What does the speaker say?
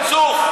תתבייש.